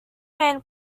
main